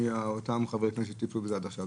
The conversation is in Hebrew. ידי אותם חברי כנסת שטיפלו בזה עד עכשיו.